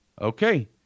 okay